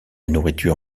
nourriture